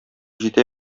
җитә